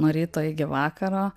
nuo ryto iki vakaro